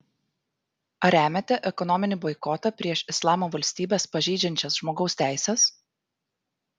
ar remiate ekonominį boikotą prieš islamo valstybes pažeidžiančias žmogaus teises